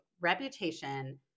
reputation